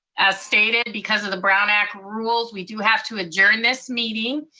as stated, because of the brown act rules, we do have to adjourn this meeting,